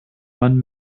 man